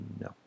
No